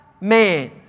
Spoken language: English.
man